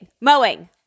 Mowing